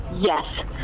yes